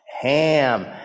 ham